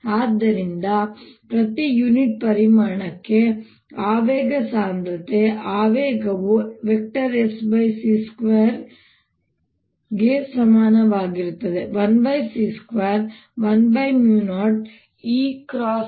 ಆದ್ದರಿಂದ ಪ್ರತಿ ಯೂನಿಟ್ ಪರಿಮಾಣಕ್ಕೆ ಆವೇಗ ಸಾಂದ್ರತೆ ಆವೇಗವು Sc2ಗೆ ಸಮಾನವಾಗಿರುತ್ತದೆ 1c210EB